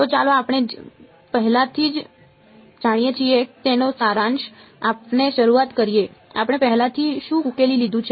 તો ચાલો આપણે જે પહેલાથી જ જાણીએ છીએ તેનો સારાંશ આપીને શરૂઆત કરીએ આપણે પહેલાથી શું ઉકેલી લીધું છે